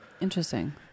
Interesting